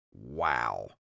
Wow